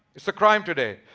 it's a crime today.